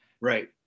Right